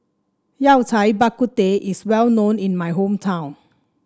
Yao Cai Bak Kut Teh is well known in my hometown